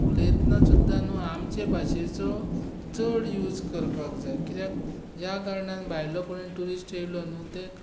उलयतना सुद्दां न्हू आमचे भाशेचो चड यूज करपाक जाय किद्याक ज्या कारणान भायलो कोणूय ट्युरिस्ट येयलो न्हू ते